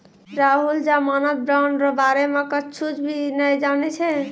राहुल जमानत बॉन्ड रो बारे मे कुच्छ भी नै जानै छै